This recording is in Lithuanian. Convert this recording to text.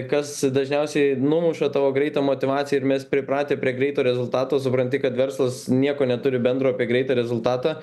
kas dažniausiai numuša tavo greitą motyvaciją ir mes pripratę prie greito rezultato supranti kad verslas nieko neturi bendro apie greitą rezultatą